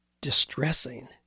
distressing